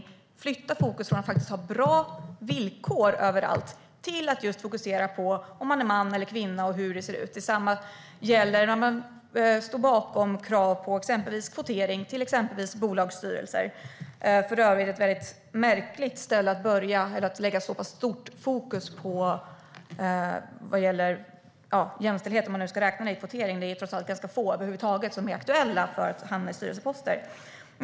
Man flyttar fokus från frågan om bra villkor överallt till frågan om hur det ser ut för män respektive kvinnor. Detsamma gäller när man står bakom krav på exempelvis kvotering till bolagsstyrelser, vilket för övrigt är ett märkligt ställe att lägga så pass tydligt fokus på vad gäller jämställdhet. Det är trots allt ganska få över huvud taget som är aktuella för att hamna på styrelseposter.